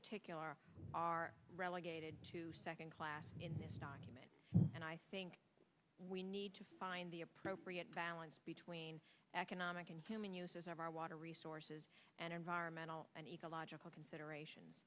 particular are relegated to second class in this document and i think we need to find the appropriate balance between economic and human uses of our water resources and environmental and eagle logical considerations